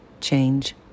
change